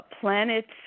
planets